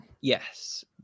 Yes